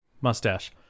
Mustache